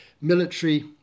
military